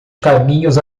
caminhos